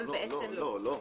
לא.